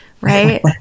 right